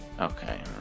Okay